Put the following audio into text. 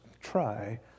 try